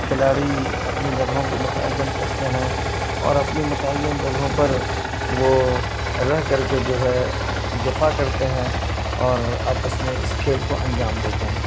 کھلاڑی اپنی جگہوں کو متعین کرتے ہیں اور اپنی متعین جگہوں پر وہ رہ کر کے جو ہے دفع کرتے ہیں اور آپس میں اس کھیل کو انجام دیتے ہیں